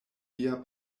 via